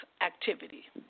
activity